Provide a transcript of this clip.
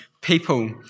people